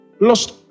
Lost